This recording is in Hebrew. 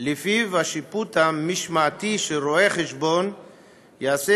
שבו השיפוט המשמעתי של רואי-חשבון ייעשה